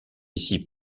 ici